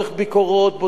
בודק את הדברים.